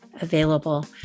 available